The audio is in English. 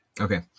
Okay